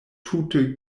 tute